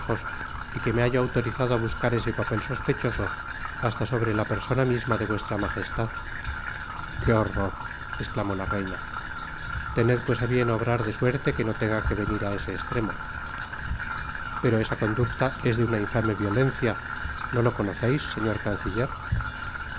y que me hallo autorizado para buscar esc papel sospechoso hasta sobre la persona misma de vuestra majestad qué horror esclamó la reina tened pues á bien obrar de suerte que no tenga que venir á ese estremo pero esa conducta es de una infame violencia no lo conoceis señor canciller